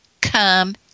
come